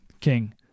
king